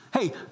hey